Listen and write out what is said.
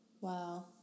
Wow